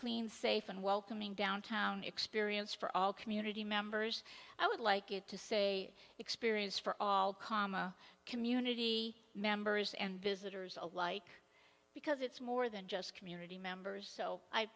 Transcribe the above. clean safe and welcoming downtown experience for all community members i would like it to say experience for all comma community members and visitors alike because it's more than just community members so i